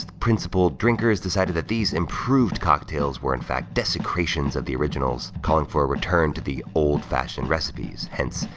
principle drinkers decided that these improved cocktails were in fact desecrations of the originals, calling for a return to the old fashioned recipes. hence,